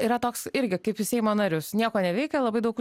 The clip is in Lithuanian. yra toks irgi kaip seimo narius nieko neveikia labai daug